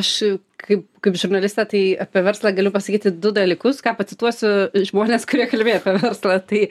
aš kaip kaip žurnalistė tai apie verslą galiu pasakyti du dalykus ką pacituosiu žmonės kurie kalbėjo apie verslą tai